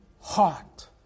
heart